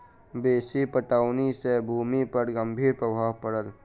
बेसी पटौनी सॅ भूमि पर गंभीर प्रभाव पड़ल